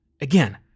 Again